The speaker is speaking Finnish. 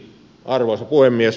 arvoisa puhemies